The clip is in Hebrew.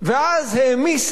ואז העמיסה,